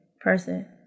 person